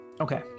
Okay